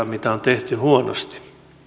mitä on tehty huonosti